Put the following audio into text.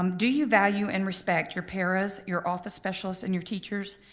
um do you value and respect your para's, your office specialists and your teachers?